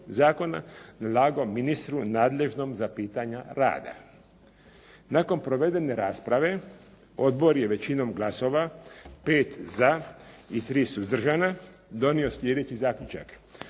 zakona predlagao ministru nadležnom za pitanja rada. Nakon provedene rasprave odbor je većinom glasova 5 za i 3 suzdržana donio slijedeći zaključak.